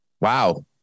Wow